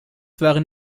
waren